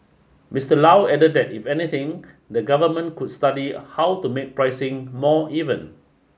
Mister Low added that if anything the government could study how to make pricing more even